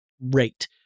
rate